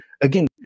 Again